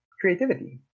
creativity